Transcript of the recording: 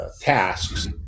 tasks